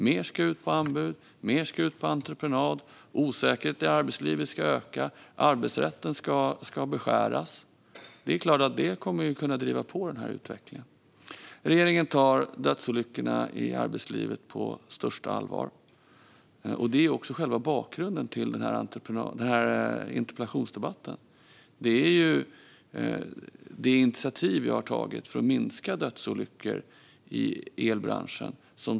Mer ska ut på anbud. Mer ska ut på entreprenad. Osäkerheten i arbetslivet ska öka. Och arbetsrätten ska beskäras. Det kommer såklart att driva på utvecklingen. Regeringen tar dödsolyckorna i arbetslivet på största allvar. Bakgrunden till den här interpellationsdebatten gäller också det initiativ vi har tagit för att minska dödsolyckor i elbranschen.